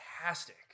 fantastic